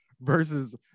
versus